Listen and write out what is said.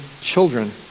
children